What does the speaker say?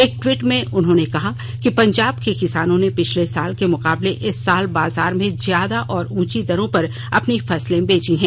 एक ट्वीट में उन्होंने कहा कि पंजाब के किसानों ने पिछले साल के मुकाबले इस साल बाजार में ज्यादा और ऊंची दरों पर अपनी फसलें बेची हैं